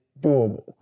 doable